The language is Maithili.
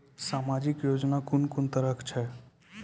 समाजिक योजना कून कून तरहक छै?